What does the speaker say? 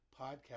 podcast